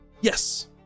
Yes